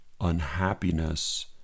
unhappiness